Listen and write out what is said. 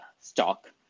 stock